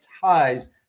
ties